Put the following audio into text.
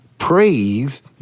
Praise